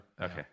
Okay